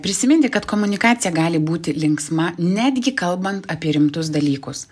prisiminti kad komunikacija gali būti linksma netgi kalbant apie rimtus dalykus